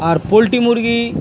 আর poultry মুরগি